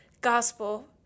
gospel